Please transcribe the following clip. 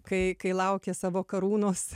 kai kai laukė savo karūnos